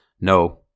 no